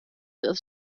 das